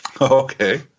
Okay